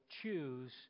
choose